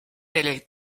les